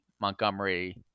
Montgomery